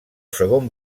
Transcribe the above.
segon